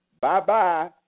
Bye-bye